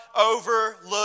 overlook